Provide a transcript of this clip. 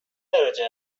درجه